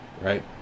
right